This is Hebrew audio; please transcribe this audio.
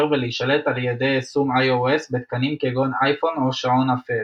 ולהישלט על ידי יישום iOS בתקנים כגון אייפון או שעון אפל.